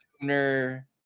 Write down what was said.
sooner